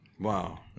Wow